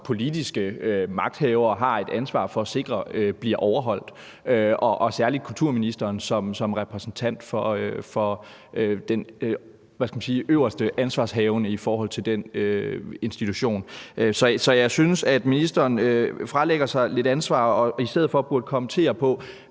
politiske magthavere har et ansvar for at sikre bliver overholdt – det gælder særlig kulturministeren som repræsentant for den øverste ansvarshavende i forhold til den institution. Så jeg synes, at ministeren fralægger sig lidt ansvar, og at han i stedet burde kommentere på